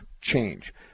change